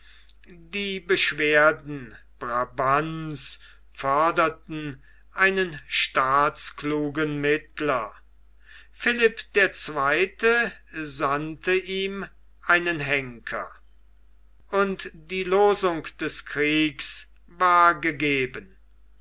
die beschwerden brabants forderten einen staatsklugen mittler philipp der zweite sandte ihm einen henker und die losung des krieges war gegeben